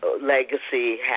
legacy